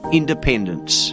independence